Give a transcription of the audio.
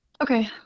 okay